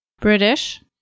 British